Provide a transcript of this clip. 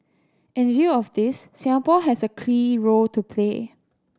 in view of this Singapore has a key role to play